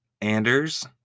Anders